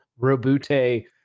Robute